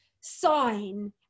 sign